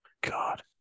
God